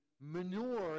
manure